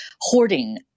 hoarding